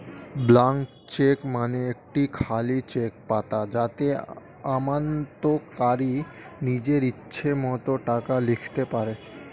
blank cheque মানে একটি খালি চেক পাতা যাতে আমানতকারী নিজের ইচ্ছে মতো টাকা লিখতে পারে